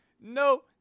No